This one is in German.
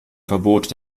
verbot